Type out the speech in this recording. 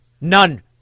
None